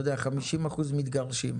אתה יודע, 50 אחוזים מתגרשים.